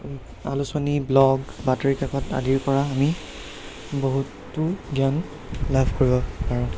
আলোচনী ব্লগ বাতৰিকাকত আদিৰপৰা আমি বহুতো জ্ঞান লাভ কৰিব পাৰোঁ